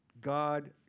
God